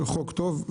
חוק טוב,